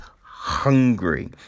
hungry